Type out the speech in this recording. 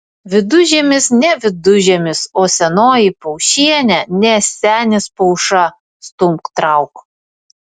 vidužiemis ne vidužiemis o senoji paušienė ne senis pauša stumk trauk